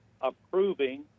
approving